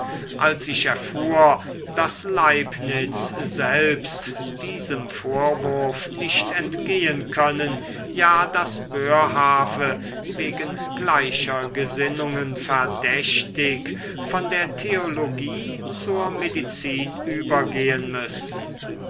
als ich erfuhr daß leibniz selbst diesem vorwurf nicht entgehen können ja daß boerhaave wegen gleicher gesinnungen verdächtig von der theologie zur medizin übergehen müssen